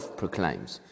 proclaims